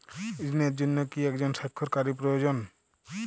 ঋণের জন্য কি একজন স্বাক্ষরকারী প্রয়োজন?